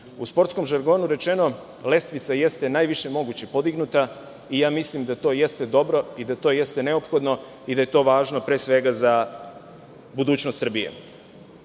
U sportskom žargonu rečeno, lestvica jeste najviše moguće podignuta i mislim da to jeste dobro i da to jeste neophodno i da je to važno pre svega za budućnost